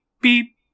beep